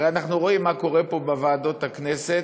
הרי אנחנו רואים מה קורה פה בוועדות הכנסת.